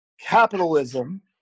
Capitalism